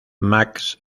max